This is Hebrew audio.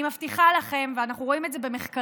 אני מבטיחה לכם, ואנחנו רואים את זה במחקרים,